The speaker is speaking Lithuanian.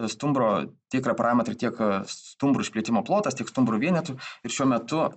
stumbro tiek yra parametrai tiek stumbrų išplėtimo plotas tiek stumbrų vienetų ir šiuo metu